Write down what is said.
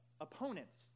opponents